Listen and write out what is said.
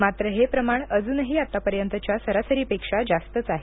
मात्र हे प्रमाण अजूनही आतापर्यंतच्या सरासरीपेक्षा जास्तच आहे